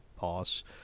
boss